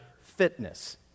fitness